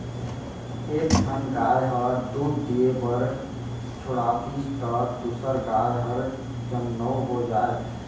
एक ठन गाय ह दूद दिये बर छोड़ातिस त दूसर गाय हर जनमउ हो जाए